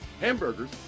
hamburgers